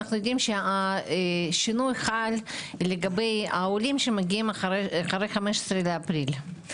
אנו יודעים שהשינוי חל לגבי העולים שמגיעים אחרי 15 באפריל,